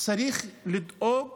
צריך לדאוג